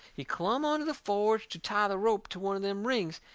he clumb onto the forge to tie the rope to one of them rings,